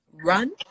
run